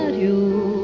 you,